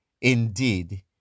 Indeed